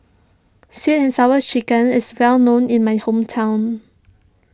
Sweet and Sour Chicken is well known in my hometown